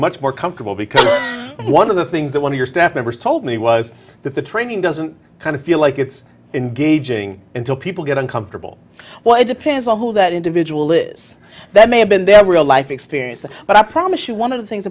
much more comfortable because one of the things that one of your staff members told me was that the training doesn't kind of feel like it's in gauging until people get uncomfortable well it depends on who that individual is that may have been their real life experience that but i promise you one of the things